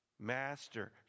Master